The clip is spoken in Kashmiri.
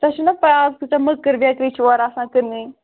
تۄہہِ چھُو نا پَے اَز کۭژاہ مٔکٕر بَیٚکرِی چھِ اورٕ آسان کٕننٕۍ